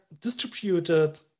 distributed